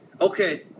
Okay